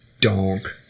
donk